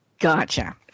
Gotcha